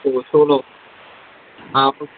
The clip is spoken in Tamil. ஓ சோலோ ஆ